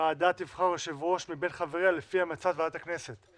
הוועדה תבחר יושב-ראש מבין חבריה לפי המלצת ועדת הכנסת.